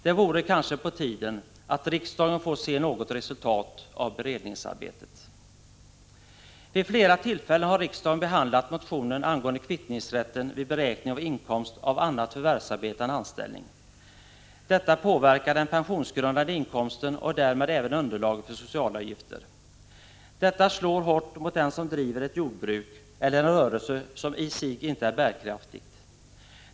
Det vore kanske på tiden att riksdagen fick se något resultat av detta beredningsarbete. Vid flera tillfällen har riksdagen behandlat motioner angående kvittningsrätten vid beräkning av inkomst av annat förvärvsarbete än anställning. Detta påverkar den pensionsgrundande inkomsten och därmed underlaget för socialavgifter. Det slår hårt mot den som driver ett jordbruk eller en rörelse som i sig inte är bärkraftig.